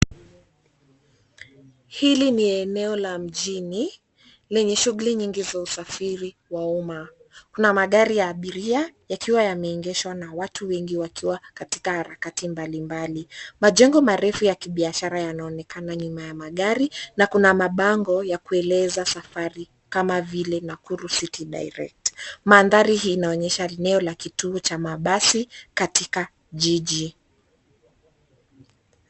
Hili ni eneo la mjini lenye shughuli nyingi za usafiri wa umma, kuna magari ya abiria yakiwa yamegeshwa na watu wengi wakiwa katika harakati mbali mbali. Majengo marefu ya kibiashara yanonekana nyuma ya magari na kuna mabango ya kueleza safari kama vile Nakuru City Direct mandhari hii inaonyesha eneo la kituo cha mabasi katika jiji.